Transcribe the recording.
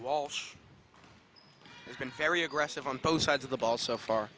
been very aggressive on both sides of the ball so far